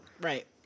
Right